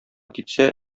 китсә